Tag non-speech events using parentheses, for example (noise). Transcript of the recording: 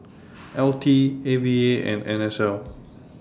(noise) L T A V A and N S L